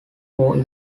four